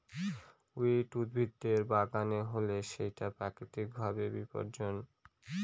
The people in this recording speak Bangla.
উইড উদ্ভিদের বাগানে হলে সেটা প্রাকৃতিক ভাবে বিপর্যয়